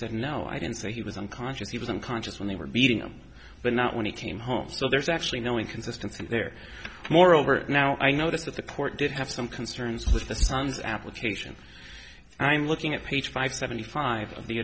said no i didn't say he was unconscious he was unconscious when they were beating him but not when he came home so there's actually no inconsistency there moreover now i notice that the court did have some concerns with the son's application and i'm looking at page five seventy five